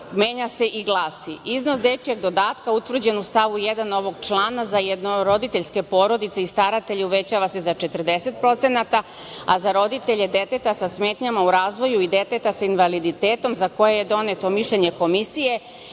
menja se i glasi – iznos dečijeg dodatka utvrđen u stavu 1. ovog člana za jednoroditeljske porodice i staratelje uvećava se za 40%, a za roditelje deteta sa smetnjama u razvoju i deteta sa invaliditetom za koje je doneto mišljenje komisije